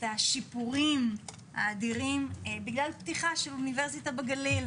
השיפורים האדירים בגלל פתיחה של אוניברסיטה בגליל,